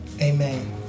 Amen